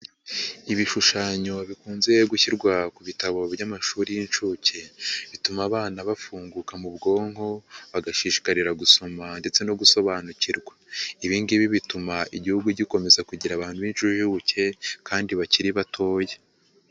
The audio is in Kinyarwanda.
Ibishushanyo bikunze gushyirwa ku bitabo by'amashuri y'inshuke, bituma abana bafunguka mu bwonko, bagashishikarira gusoma ndetse no gusobanukirwa. Ibi ngibi bituma igihugu gikomeza kugira abantu b'injijuke kandi bakiri batoya.